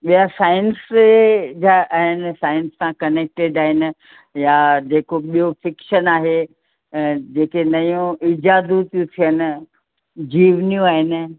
ॿिया साईंस जा आहिनि साईंस सां कनेक्टिड आहिनि या जेको ॿियो सेक्शन आहे ऐं जेके नयूं इज़ादूं थियूं थियनि जीवनियूं आहिनि